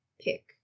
pick